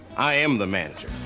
i am the manager.